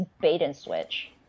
bait-and-switch